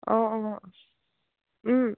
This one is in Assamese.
অঁ অঁ